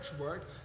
work